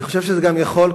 אני חושב שזה גם יכול,